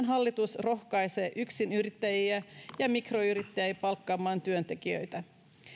hallitus rohkaisee yksinyrittäjiä ja mikroyrittäjiä palkkaamaan työntekijöitä